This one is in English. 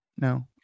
No